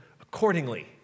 accordingly